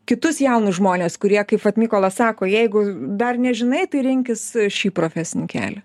kitus jaunus žmones kurie kaip vat mykolas sako jeigu dar nežinai tai rinkis šį profesinį kelią